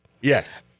yes